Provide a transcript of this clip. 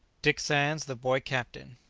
dick sands the boy captain.